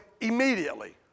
immediately